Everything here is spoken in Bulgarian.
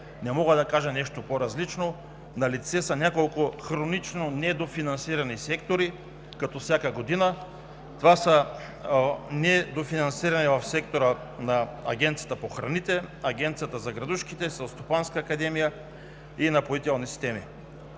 не мога да кажа нещо по-различно, налице са няколко хронично недофинансирани сектора като всяка година. Това са: недофинансиране в сектора на Агенцията по храните, Агенцията за борба с градушките, Селскостопанската академия и „Напоителни системи“.